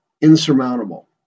insurmountable